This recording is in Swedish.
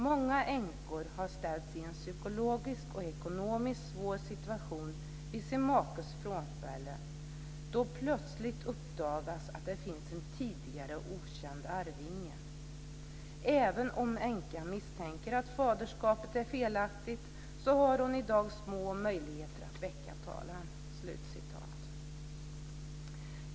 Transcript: Många änkor har ställs i en psykologisk och ekonomisk svår situation vid sin makes frånfälle, då plötslig uppdagas att det finns en tidigare okänd arvinge. Även om änkan misstänker att faderskapet är felaktigt har hon idag små möjligheter att väcka talan."